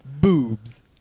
Boobs